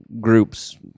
groups